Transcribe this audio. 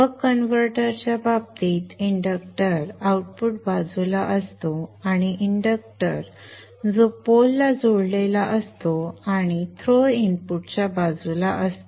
बक converter च्या बाबतीत inductor output बाजूला असतो आणि इंडक्टर जो पोलला जोडलेला असतो आणि थ्रो इनपुटच्या बाजूला असतो